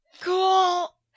Cool